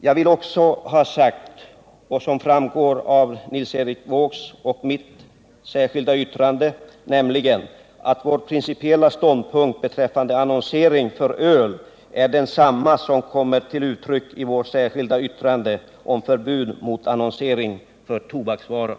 Jag vill också ha sagt, att vår principiella ståndpunkt beträffande annonsering för öl är densamma som den som kommer till uttryck i Nils Erik Wåågs och mitt särskilda yttrande om förbud mot annonsering för tobaksvaror.